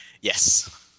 Yes